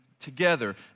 Together